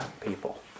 people